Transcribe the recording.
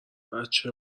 بچه